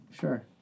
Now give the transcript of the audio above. Sure